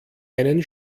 einen